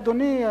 אדוני,